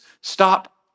stop